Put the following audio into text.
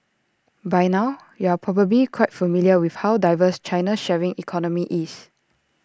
by now you're probably quite familiar with how diverse China's sharing economy is